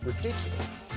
Ridiculous